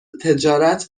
تجارت